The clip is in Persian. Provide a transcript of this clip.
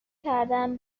کردم